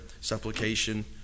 supplication